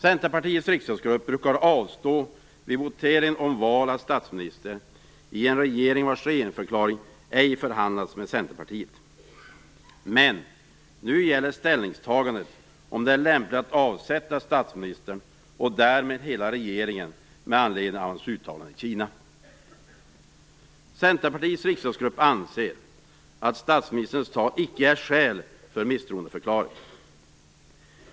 Centerpartiets riksdagsgrupp brukar avstå vid votering om val av statsminister i en regering vars regeringsförklaring ej förhandlats med Centerpartiet. Men nu gäller ställningstagandet om det är lämpligt att avsätta statsministern och därmed hela regeringen med anledning av hans uttalande i Kina. Centerpartiets riksdagsgrupp anser att statsministerns tal icke är skäl för en misstroendeförklaring.